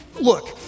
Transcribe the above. Look